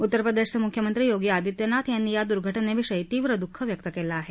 उत्तर प्रदेशाचे मुख्यमंत्री योगी आदित्यनाथ यांनी या दुर्घटनेविषयी तीव्र दुःख व्यक्त केलं आहे